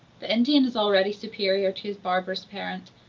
the indian is already superior to his barbarous parent,